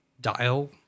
dial